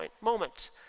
moment